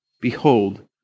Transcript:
behold